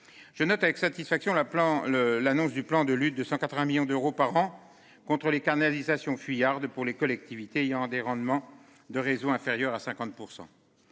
Je note avec satisfaction la appelant le l'annonce du plan de lutte de 180 millions d'euros par an contre les canalisations fuyards de pour les collectivités ayant des rendements de réseau inférieur à 50%.